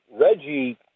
Reggie –